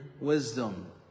wisdom